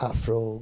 Afro